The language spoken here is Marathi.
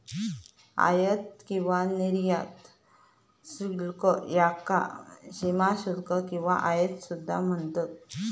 आयात किंवा निर्यात शुल्क याका सीमाशुल्क किंवा आयात सुद्धा म्हणतत